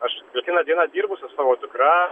aš kiekvieną dieną dirbu su savo dukra